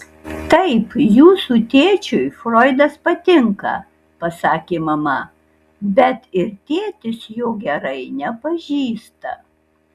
taip jūsų tėčiui froidas patinka pasakė mama bet ir tėtis jo gerai nepažįsta